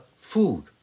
food